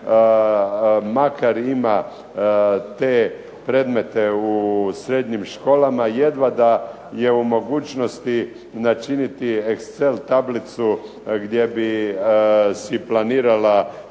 makar ima te predmete u srednjim školama jedva da je u mogućnosti načiniti excel tablicu gdje bi si planirala